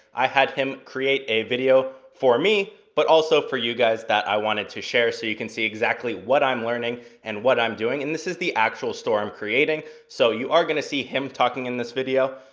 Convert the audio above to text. i had him create a video for me, but also for you guys, that i wanted to share so you can see exactly what i'm learning and what i'm doing. and this is the actual store i'm creating, so you are gonna see him talking in this video.